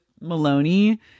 Maloney